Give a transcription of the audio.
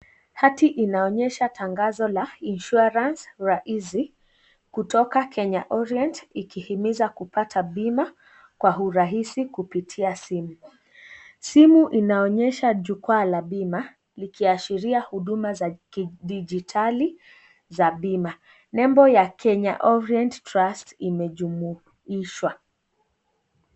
Hatuinaonyesha tangazo la insurance rahisi kutoka Kenya Orient ikihimiza kupata bima kwa urahisi kupitia simu. Simu inaonyesha jukwaa la bima ikiashiria huduma za kidijitali za bima. Nembo ya Kenya Orient trust imejumuishwa.